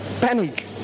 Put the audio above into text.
panic